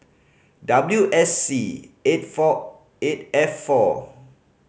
W S C eight four eight F four